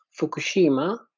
Fukushima